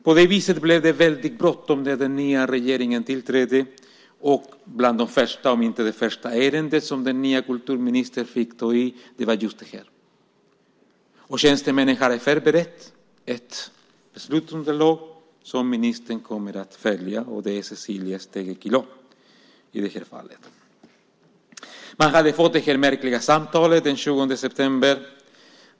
På det viset blev det väldigt bråttom när den nya regeringen tillträdde. Bland de första om inte det första ärende som den nya kulturministern fick ta tag i var just detta. Tjänstemännen hade förberett ett beslutsunderlag som ministern kom att följa, och det var Cecilia Stegö Chilò i det här fallet. Man hade fått det märkliga samtalet den 20 september.